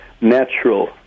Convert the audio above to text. natural